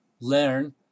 learn